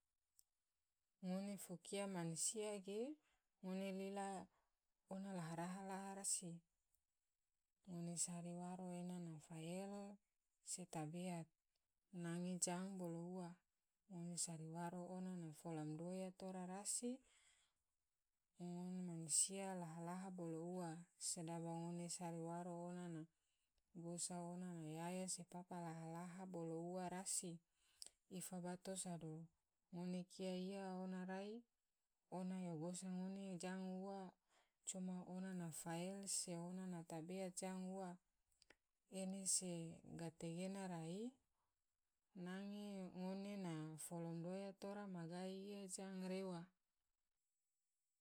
Ngone fo kia mansia ge ngone nao ona laha laha rasi, ngone sari waro ena na fael se tabeat nage jang bolo ua, ngone sari waro ona na fola madoya tora rasi gon mansia laha laha bolo ua, sedaba ngone sari waro ona na gosa ona na yaya se papa laha laha bolo ua rasi ifa bato sado ngone kia iya ona rai ona yo gosa ngone jang ua coma ona fael se ona na tabeat jang ua ene se gategena nage ngone na fola madoya magai iya jang rewa.